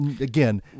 Again